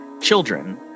children